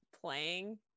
playing